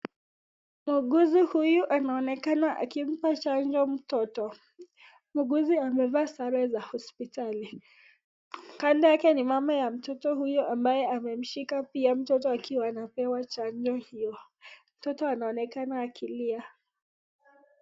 Muuguzi huyu anaonekana akimpa chanjo mtoto , muuguzi amevaa sare za hospitali, Kando yake ni mama ya mtoto huyu ambaye amemshika mtoto pia mtoto akiwa anapewa chanjo hiyo, mtoto anaonekana akilia.